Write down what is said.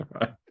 right